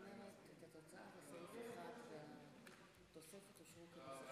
ולכן, סעיף 1 והתוספת אושרו כנוסח